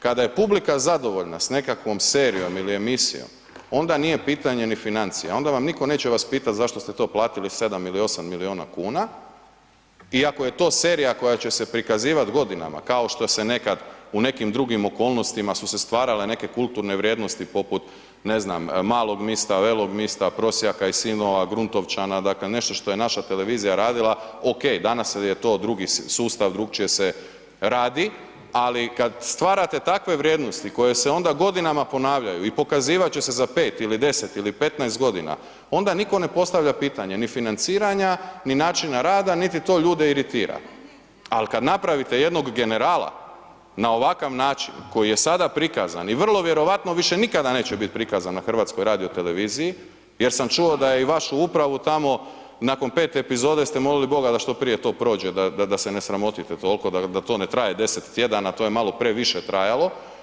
Kada je publika zadovoljna sa nekakvom serijom ili emisijom, onda nije pitanje ni financija, onda nitko neće vas pitat zašto ste to platili 7 ili 8 milijuna kuna iako je to serija koja će se prikazivati godinama kao što se nekad u nekim drugim okolnostima su se stvarale neke kulturne vrijednosti poput ne znam, „Malog mista“, „Velog mista“, „Prosjaka i sinova“, „Gruntovčana“, dakle nešto što je naša televizija radila, ok, danas je to drugi sustav, drukčije se radi ali kad stvarate takve vrijednosti koje se onda godinama ponavljaju i pokazivat će se za 5 li 10 ili 15 g., onda niko ne postavlja pitanje ni financiranja ni načina rada niti to ljude iritira ali kad napravite jednog „Generala“ na ovakav način koji je sada prikazan i vrlo vjerojatno više nikada neće biti prikazan na Hrvatskoj radioteleviziji jer sam čuo da je i vašu upravu tamo nakon 5-te epizode ste molili Boga da što prije to prođe da se ne sramotite toliko da to ne traje 10 tjedana, to je malo previše trajalo.